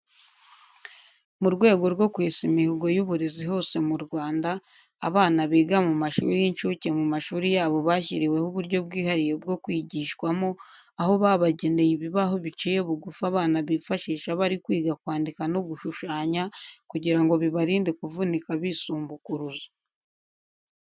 Mu rwego rwo kwesa imihogo y'uburezi hose mu Rwanda, abana biga mu mashuri y'incuke mu mashuri yabo bashyiriweho uburyo bwihariye bwo kwigishwamo aho babageneye ibibaho biciye bugufi abana bifashisha bari kwiga kwandika no gushushanya kugira ngo bibarinde kuvunika bisumbukuruza.